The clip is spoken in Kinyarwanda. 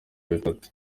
bitatu